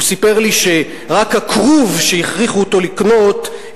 הוא סיפר לי שרק הכרוב שהכריחו אותו לקנות,